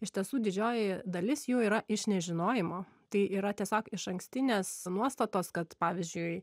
iš tiesų didžioji dalis jų yra iš nežinojimo tai yra tiesiog išankstinės nuostatos kad pavyzdžiui